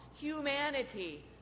humanity